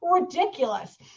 ridiculous